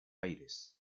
aires